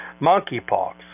monkeypox